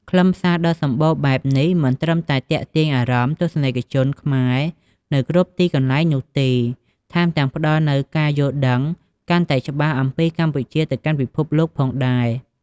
ខ្លឹមសារដ៏សម្បូរបែបបែបនេះ មិនត្រឹមតែទាក់ទាញអារម្មណ៍ទស្សនិកជនខ្មែរនៅគ្រប់ទីកន្លែងនោះទេ ថែមទាំងផ្តល់នូវការយល់ដឹងកាន់តែច្បាស់អំពីកម្ពុជាទៅកាន់ពិភពលោកផងដែរ។